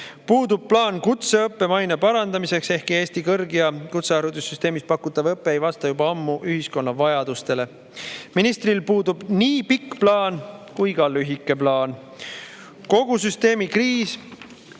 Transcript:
Puudub plaan kutseõppe maine parandamiseks, ehkki Eesti kõrg- ja kutseharidussüsteemis pakutav õpe ei vasta juba ammu ühiskonna vajadustele. Ministril puudub nii pikk plaan kui ka lühike plaan. Kogu süsteemi kriisi